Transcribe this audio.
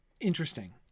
interesting